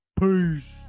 Peace